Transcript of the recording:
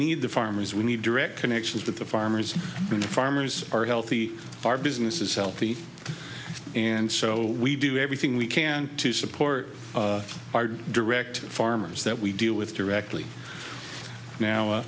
need the farmers we need direct connections with the farmers the farmers are healthy our business is healthy and so we do everything we can to support our direct farmers that we deal with directly now i